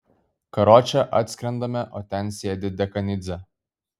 karoče atskrendame o ten sėdi dekanidzė